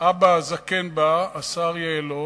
האבא הזקן בא, השר יעלון,